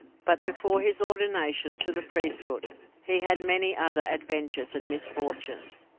but before his ordination to the priesthood he had many other adventures and misfortunes.